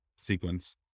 sequence